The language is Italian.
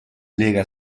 lega